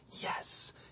yes